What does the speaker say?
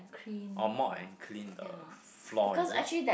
orh mop and clean the floor is it